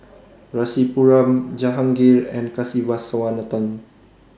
Rasipuram Jahangir and Kasiviswanathan